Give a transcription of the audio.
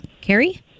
Carrie